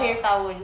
akhir tahun